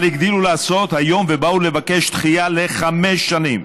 אבל הגדילו לעשות היום ובאו לבקש דחייה לחמש שנים.